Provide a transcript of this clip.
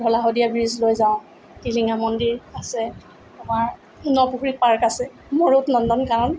ঢলা Sadiya bridge লৈ যাওঁ টিলিঙা মন্দিৰ আছে আমাৰ ন পুখুৰী পাৰ্ক আছে মুৰুত নন্দন কানন